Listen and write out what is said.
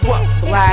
Black